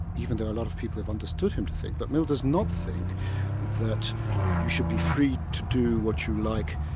even though a lot of people have understood him to think, but mill does not think that you should be free to do what you like,